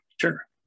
sure